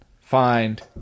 Find